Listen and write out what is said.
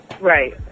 Right